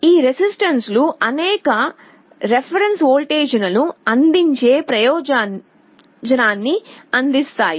ఈ రెసిస్టన్స్స్లు అనేక రిఫరెన్స్ వోల్టేజ్లను అందించే ప్రయోజనాన్ని అందిస్తాయి